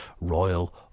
royal